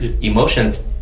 emotions